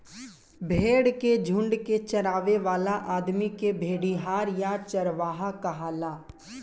भेड़ के झुंड के चरावे वाला आदमी के भेड़िहार या चरवाहा कहाला